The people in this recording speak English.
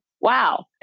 Wow